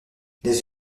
les